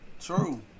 true